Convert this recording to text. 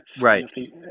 Right